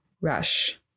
rush